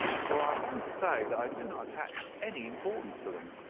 for i am bound to say that i do not attach any importance to them.